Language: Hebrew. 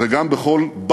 וגם בכל,